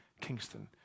Kingston